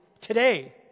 today